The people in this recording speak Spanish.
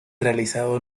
realizado